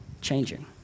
changing